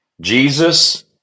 Jesus